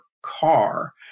car